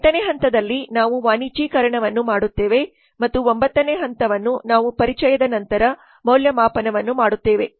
ಈ 8ನೇ ಹಂತದಲ್ಲಿ ನಾವು ವಾಣಿಜ್ಯೀಕರಣವನ್ನು ಮಾಡುತ್ತೇವೆ ಮತ್ತು 9 ನೇ ಹಂತವನ್ನು ನಾವು ಪರಿಚಯದ ನಂತರದ ಮೌಲ್ಯಮಾಪನವನ್ನು ಮಾಡುತ್ತೇವೆ